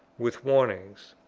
with warnings,